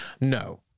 no